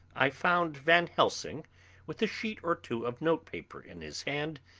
i found van helsing with a sheet or two of note-paper in his hand.